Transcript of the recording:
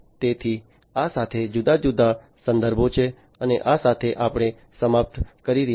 તેથી આ સાથે જુદા જુદા સંદર્ભો છે અને આ સાથે આપણે સમાપ્ત કરી રહ્યા છે